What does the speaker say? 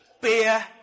Beer